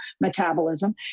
metabolism